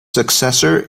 successor